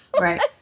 Right